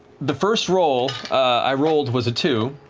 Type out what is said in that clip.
the first roll i rolled was a two.